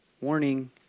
Warning